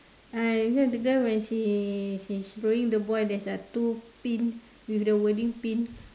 uh here the girl when she she's throwing the ball there's a two pin with a wording pin